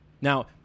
Now